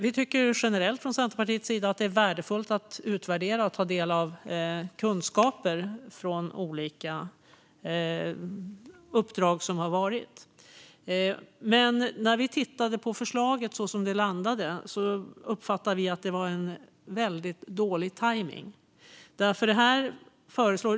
Vi tycker generellt från Centerpartiets sida att det är värdefullt att utvärdera och ta del av kunskaper från olika uppdrag. Men när vi tittade på förslaget som det landade uppfattade vi att det var en väldigt dålig tajmning.